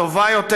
טובה יותר,